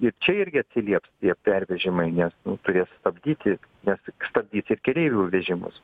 ir čia irgi atsiliepstie pervežimai nes turės stabdyti nes stabdys ir keleivių vežimus